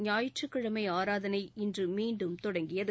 ஞாயிற்றுக்கிழமை ஆராதனை இன்று மீண்டும் தொடங்கியது